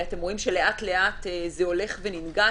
ואתם רואים שלאט לאט זה הולך וננגס.